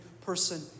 person